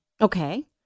Okay